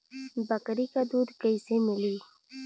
बकरी क दूध कईसे मिली?